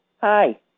Hi